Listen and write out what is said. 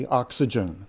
oxygen